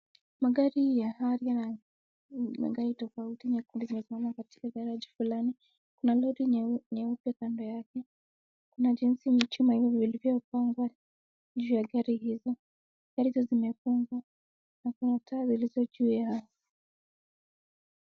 Magari ya Harrier na magari tofauti yako yamepangwa katika garage fulani, kuna lori nyeupe kando yake, na jinsi machuma hiyo yenye pia hupangwa juu ya gari hizo, gari hizo zimefungwa na kuna taa zilizo juu yao.